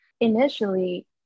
initially